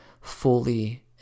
fully